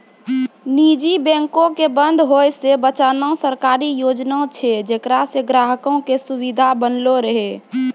निजी बैंको के बंद होय से बचाना सरकारी योजना छै जेकरा से ग्राहको के सुविधा बनलो रहै